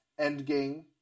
Endgame